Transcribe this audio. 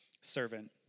servant